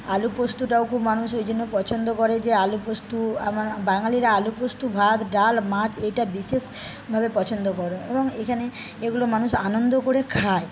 আলু পোস্তটাও খুব মানুষ ওই জন্য পছন্দ করে যে আলু পোস্ত আমার বাঙালিরা আলু পোস্ত ভাত ডাল মাছ এটা বিশেষভাবে পছন্দ করে এবং এখানে এগুলো মানুষ আনন্দ করে খায়